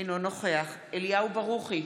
אינו נוכח אליהו ברוכי,